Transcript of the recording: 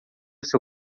seu